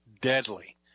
deadly